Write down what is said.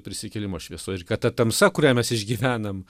prisikėlimo šviesoj ir kad ta tamsa kurią mes išgyvenam